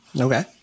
Okay